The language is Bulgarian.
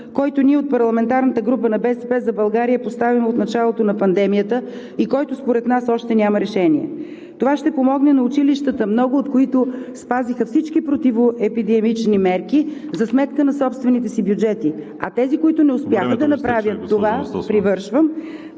който ние от парламентарната група на „БСП за България“ поставяме от началото на пандемията и който според нас още няма решение. Това ще помогне на училищата, много от които спазиха всички противоепидемични мерки за сметка на собствените си бюджети, а тези, които не успяха… ПРЕДСЕДАТЕЛ ВАЛЕРИ